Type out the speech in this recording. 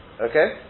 Okay